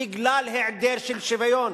בגלל היעדר שוויון.